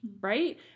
right